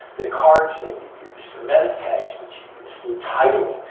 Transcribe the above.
the cards that you use, the metatags title.